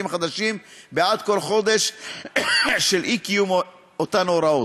חדשים בעד כל חודש של אי-קיום אותן הוראות.